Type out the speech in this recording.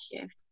shift